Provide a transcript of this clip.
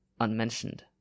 unmentioned